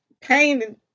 pain